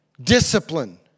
Discipline